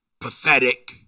pathetic